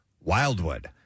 Wildwood